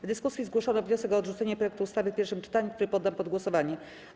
W dyskusji zgłoszono wniosek o odrzucenie projektu ustawy w pierwszym czytaniu, który poddam pod głosowanie.